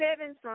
seven